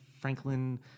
Franklin